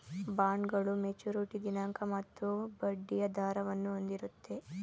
ಬಾಂಡ್ಗಳು ಮೆಚುರಿಟಿ ದಿನಾಂಕ ಮತ್ತು ಬಡ್ಡಿಯ ದರವನ್ನು ಹೊಂದಿರುತ್ತೆ